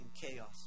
chaos